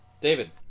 David